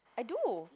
I do